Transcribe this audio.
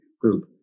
group